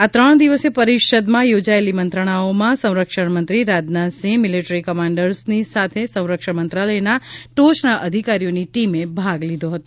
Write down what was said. આ ત્રણ દિવસીય પરિષદમાં ભાગરૂપે યોજાયેલી મંત્રણાઓમાં સંરક્ષણમંત્રી રાજનાથસિંહ મિલિટરી કમાન્ડર્સની સાથે સંરક્ષણ મંત્રાલયના ટોચના અધિકારીઓની ટીમે ભાગ લીધો હતો